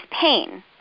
pain